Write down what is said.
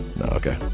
okay